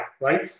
Right